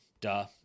Duh